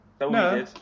No